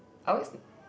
I always